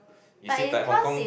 is it like Hong-Kong